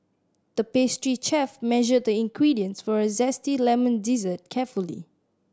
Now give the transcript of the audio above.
the pastry chef measured the ingredients for a zesty lemon dessert carefully